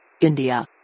India